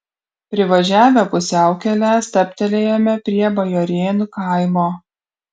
privažiavę pusiaukelę stabtelėjome prie bajorėnų kaimo